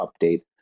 update